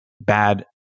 bad